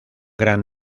gran